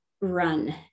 run